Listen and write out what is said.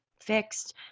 fixed